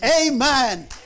Amen